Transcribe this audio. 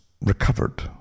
recovered